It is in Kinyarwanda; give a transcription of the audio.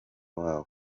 wabo